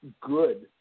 good